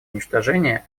уничтожения